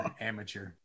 amateur